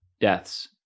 deaths